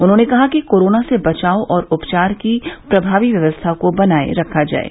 उन्हॉने कहा कि कोरोना से बचाव और उपचार की प्रभावी व्यवस्था को बनाये रखा जाये